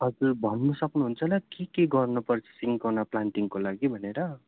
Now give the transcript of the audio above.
हजुर भन्नु सक्नुहुन्छ होला के के गर्नुपर्छ सिन्कोना प्लान्टिङको लागि भनेर